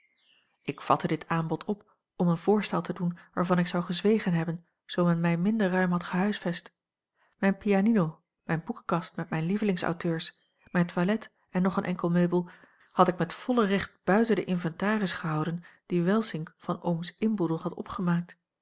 ik vatte dit aanbod op om een voorstel te doen waarvan ik zou gezwegen hebben zoo men mij minder ruim had gehuisvest mijne pianino mijne boekenkast met mijne lievelings auteurs mijn toilet en nog een enkel meubel had ik met volle recht buiten den inventaris gehouden die welsink van ooms inboedel had opgemaakt